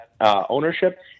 ownership